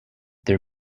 their